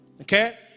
okay